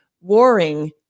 warring